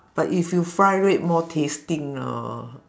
but if you fry it more tasting lor